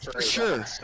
sure